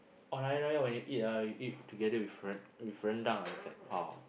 on Hari Raya when you eat ah when you eat together with ren~ with rendang ah it's like !wow!